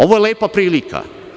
Ovo je lepa prilika.